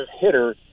hitter –